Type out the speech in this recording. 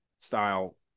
style